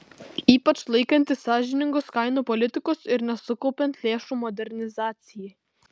ypač laikantis sąžiningos kainų politikos ir nesukaupiant lėšų modernizacijai